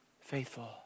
faithful